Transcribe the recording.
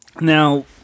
Now